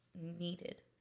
needed